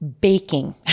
baking